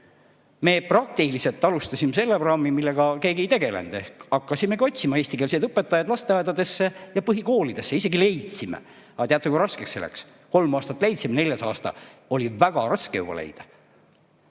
Me praktiliselt alustasime seda programmi, millega keegi ei olnud tegelenud, ehk hakkasimegi otsima eestikeelseid õpetajad lasteaedadesse ja põhikoolidesse. Isegi leidsime, aga teate, kui raskeks see läks? Kolm aastat leidsime, neljandal aastal oli väga raske leida.